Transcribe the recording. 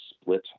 split